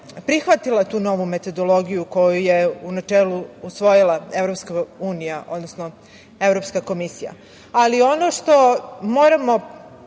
prihvatila tu novu metodologiju koju je u načelu usvojila EU, odnosno Evropska komisija. Ali, ono što moramo